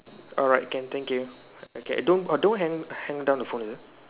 alright can thank you okay don't don't hang hang down the phone is it